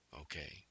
Okay